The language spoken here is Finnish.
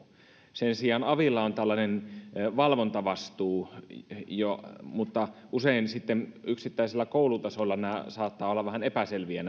sen sijaan avilla on tällainen valvontavastuu mutta usein sitten yksittäisten koulujen tasolla nämä asiat saattavat olla vähän epäselviä